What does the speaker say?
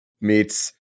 meets